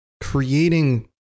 creating